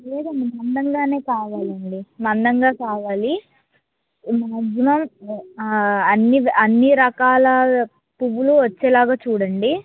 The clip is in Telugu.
లేదమ్మా మందంగా కావాలి అండి మందంగా కావాలి మాక్సిమం అన్నీ అన్నీ రకాల పూలు వచ్చేలాగా చూడండి